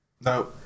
No